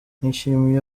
nishimiye